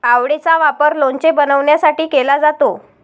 आवळेचा वापर लोणचे बनवण्यासाठी केला जातो